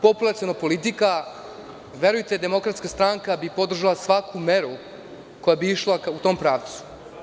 Populaciona politika, verujte DS bi podržala svaku meru koja bi išla ka tom pravcu.